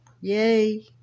Yay